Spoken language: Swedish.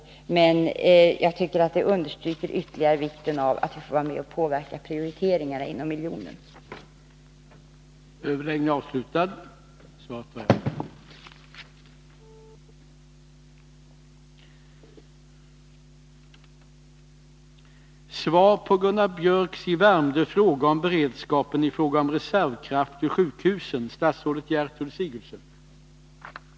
Men jag tycker att det ytterligare understryker vikten av att vi får vara med och påverka prioriteringarna när det gäller den aktuella miljonen.